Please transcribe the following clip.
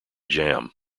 jam